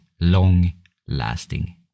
long-lasting